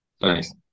Nice